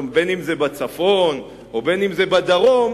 בין אם זה בצפון ובין אם זה בדרום,